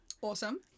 Awesome